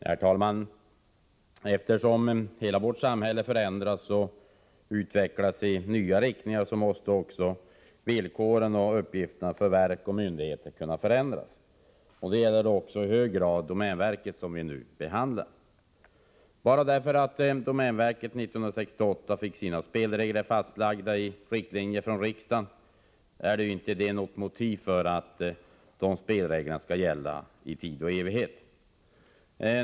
Herr talman! Eftersom hela vårt samhälle förändras och utvecklas i nya riktningar, måste också villkoren och uppgifterna för verk och myndigheter kunna förändras. Det gäller då också i hög grad domänverket, som vi nu behandlar. Att domänverket 1968 fick sina spelregler fastlagda i riktlinjer från riksdagen är inte ett tillräckligt skäl för att dessa spelreger skall gälla i tid och evighet.